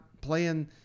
playing